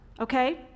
Okay